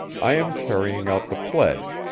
i am carrying out the pledge,